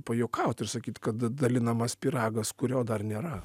pajuokaut ir sakyt kad dalinamas pyragas kurio dar nėra